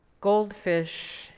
Goldfish